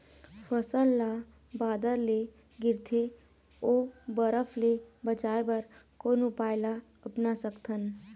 फसल ला बादर ले गिरथे ओ बरफ ले बचाए बर कोन उपाय ला अपना सकथन?